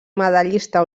medallista